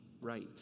right